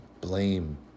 blame